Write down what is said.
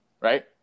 Right